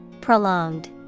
Prolonged